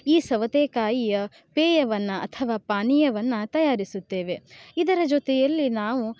ಈ ಸವತೇಕಾಯಿಯ ಪೇಯವನ್ನು ಅಥವಾ ಪಾನೀಯವನ್ನು ತಯಾರಿಸುತ್ತೇವೆ ಇದರ ಜೊತೆಯಲ್ಲಿ ನಾವು